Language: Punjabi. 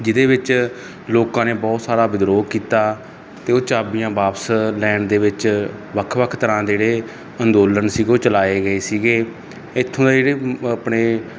ਜਿਹਦੇ ਵਿੱਚ ਲੋਕਾਂ ਨੇ ਬਹੁਤ ਸਾਰਾ ਵਿਦਰੋਹ ਕੀਤਾ ਤੇ ਉਹ ਚਾਬੀਆਂ ਵਾਪਸ ਲੈਣ ਦੇ ਵਿੱਚ ਵੱਖ ਵੱਖ ਤਰ੍ਹਾਂ ਦੇ ਜਿਹੜੇ ਅੰਦੋਲਨ ਸੀਗੇ ਉਹ ਚਲਾਏ ਗਏ ਸੀਗੇ ਐਥੋਂ ਦੇ ਜਿਹੜੇ ਆਪਣੇ